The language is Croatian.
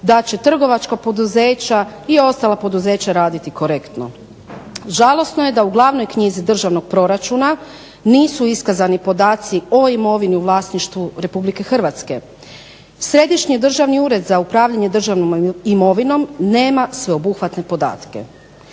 da će trgovačka poduzeća i ostala poduzeća raditi korektno. Žalosno je da u Glavnoj knjizi Državnog proračuna nisu iskazani podaci o imovini u vlasništvu Republike Hrvatske. Središnji državni ured za upravljanje državnom imovinom nema sveobuhvatne podatke.